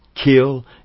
kill